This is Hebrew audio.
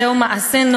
הכנסת.